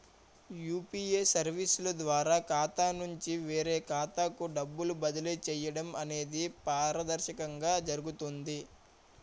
UPA సర్వీసుల ద్వారా ఖాతా నుంచి వేరే ఖాతాకు డబ్బులు బదిలీ చేయడం అనేది పారదర్శకంగా జరుగుతుంది